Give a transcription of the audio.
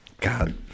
God